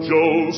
Joe